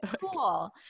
Cool